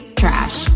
trash